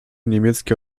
niemieckie